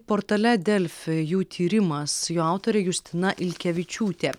portale delfi jų tyrimas jo autorė justina ilkevičiūtė